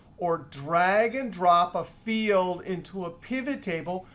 or drag and drop a field into a pivot table,